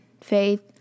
faith